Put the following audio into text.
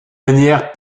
manière